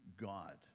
God